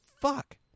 fuck